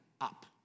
up